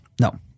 No